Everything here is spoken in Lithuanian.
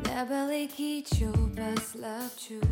tave laikyčiau plačiu